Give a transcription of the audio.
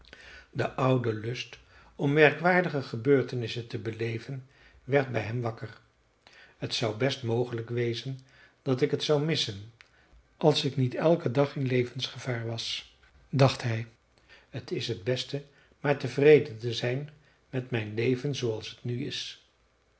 de oude lust om merkwaardige gebeurtenissen te beleven werd bij hem wakker t zou best mogelijk wezen dat ik t zou missen als ik niet elken dag in levensgevaar was dacht hij t is t beste maar tevreden te zijn met mijn leven zooals t nu is